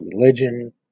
religion